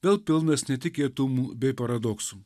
vėl pilnas netikėtumų bei paradoksų